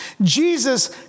jesus